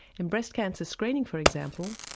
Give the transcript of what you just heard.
in breast cancer screening for example,